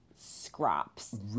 scraps